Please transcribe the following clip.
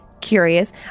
Curious